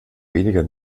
weniger